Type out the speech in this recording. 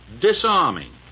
disarming